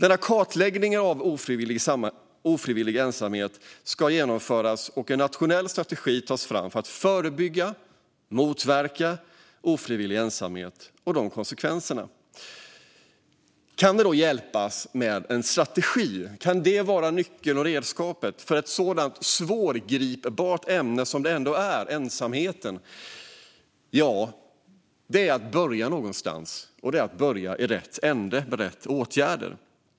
En kartläggning av ofrivillig ensamhet ska genomföras, och en nationell strategi ska tas fram för att förebygga och motverka ofrivillig ensamhet och dess konsekvenser. Kan det då hjälpa med en strategi? Kan det vara nyckeln och redskapet för ett sådant svårgripbart ämne som ensamheten är? Ja, det är att börja någonstans, och det är att börja i rätt ände med rätt åtgärder.